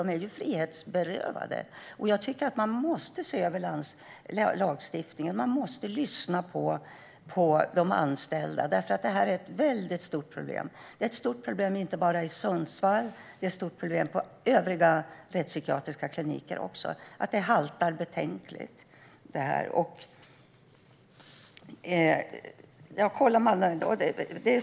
De är ju frihetsberövade. Jag tycker att man måste se över lagstiftningen. Man måste lyssna på de anställda, för detta är ett stort problem. Det är ett stort problem inte bara i Sundsvall utan också på övriga rättspsykiatriska kliniker. Detta haltar betänkligt.